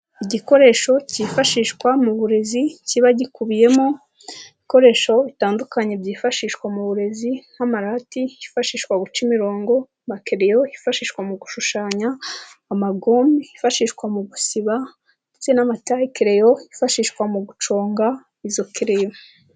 Igikoresho cyifashishwa mu burezi kiba gikubiyemo ibikoresho bitandukanye byifashishwa mu burezi, nk'amarati hifashishwa guca imirongo, amakererio yifashishwa mu gushushanya, amagome yifashishwa mu gusiba, ndetse n'amataekeleyo yifashishwa mu guconga izo kereyo.